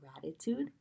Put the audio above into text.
gratitude